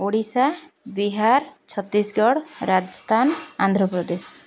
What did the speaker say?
Odisha Bihar Chhattisgarh Rajasthan Andhra Pradesh